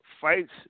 fights